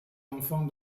enfants